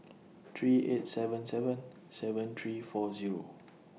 three eight seven seven seven three four Zero